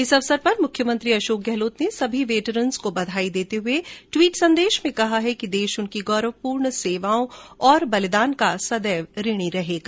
इस अवसर पर मुख्यमंत्री अशोक गहलोत ने सभी वेटरन्स को बधाई देते हुए ट्वीट संदेश में कहा है कि देश उनकी गौरवपूर्ण सेवाओं और बलिदान का सदैव ऋणी रहेगा